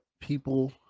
people